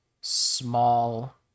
small